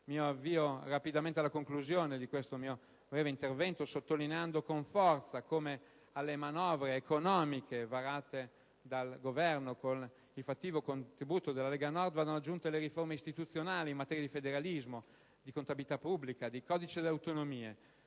Mi avvio rapidamente alla conclusione di questo mio breve intervento sottolineando con forza come alle manovre economiche varate dal Governo, con il fattivo contributo della Lega Nord, vadano aggiunte le riforme istituzionali in materia di federalismo, di contabilità pubblica e di codice delle autonomie.